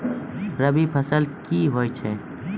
रबी फसल क्या हैं?